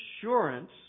assurance